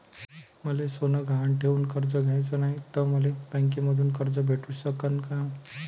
मले सोनं गहान ठेवून कर्ज घ्याचं नाय, त मले बँकेमधून कर्ज भेटू शकन का?